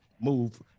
move